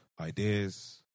ideas